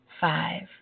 five